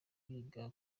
biga